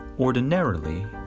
Ordinarily